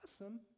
awesome